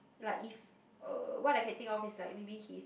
like if uh what I can think of is like maybe he's